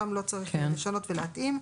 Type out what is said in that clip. אותם לא צריך לשנות ולהתאים.